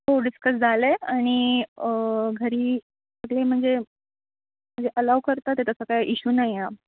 हो डिस्कस झालं आहे आणि घरी कुठलेही म्हणजे म्हणजे अलाव करतात आहे तसं काही इशू नाही आहे